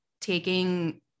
taking